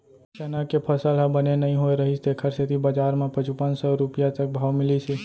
चना के फसल ह बने नइ होए रहिस तेखर सेती बजार म पचुपन सव रूपिया तक भाव मिलिस हे